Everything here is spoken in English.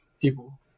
people